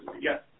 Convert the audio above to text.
Yes